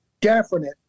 definite